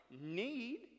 Need